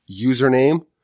username